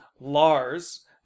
Lars